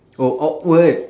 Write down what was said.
oh awkward